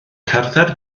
cerdded